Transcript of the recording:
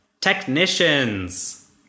technicians